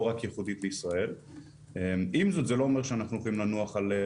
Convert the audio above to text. זה לא אומר שאנחנו יכולים לנוח על זרי הדפנה ולהגיד שבסדר,